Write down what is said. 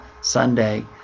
Sunday